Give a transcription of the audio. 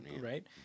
Right